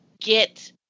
get